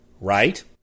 right